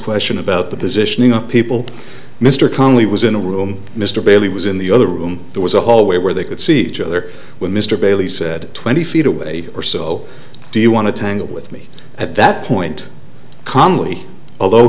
question about the positioning of people mr connally was in a room mr bailey was in the other room there was a hallway where they could see each other when mr bailey said twenty feet away or so do you want to tangle with me at that point calmly although